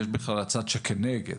יש בכלל הצד שכנגד.